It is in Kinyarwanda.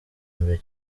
mbere